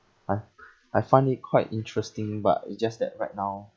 I I find it quite interesting but it's just that right now